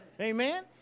Amen